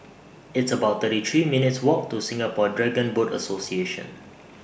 It's about thirty three minutes' Walk to Singapore Dragon Boat Association